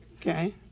Okay